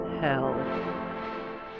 hell